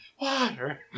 water